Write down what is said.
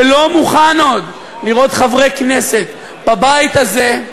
שלא מוכן עוד לראות חברי כנסת בבית הזה,